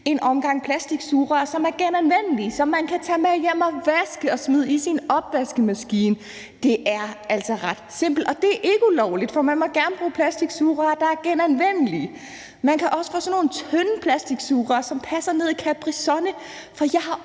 en omgang plastiksugerør, som er genanvendelige, som man kan tage med hjem og vaske og smide i sin opvaskemaskine. Det er altså ret simpelt. Og det er ikke ulovligt, for man må gerne bruge plastiksugerør, der er genanvendelige. Man kan også få sådan nogle tynde plastiksugerør, som passer ned i Capri-Sun, for jeg har